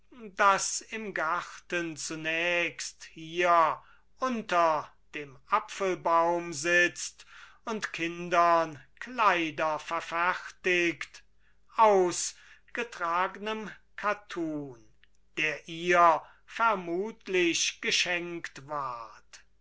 das im garten zunächst hier unter dem apfelbaum sitzt und kindern kleider verfertigt aus getragnem kattun der ihr vermutlich geschenkt ward